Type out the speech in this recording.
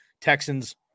Texans